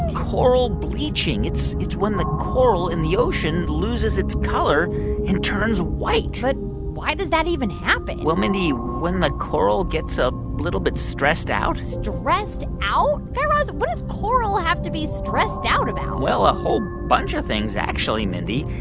coral bleaching it's when the coral in the ocean loses its color and turns white but why does that even happen? well, mindy, when the coral gets a little bit stressed out. stressed out guy raz, what does coral have to be stressed out about? well, a whole bunch of things actually, mindy,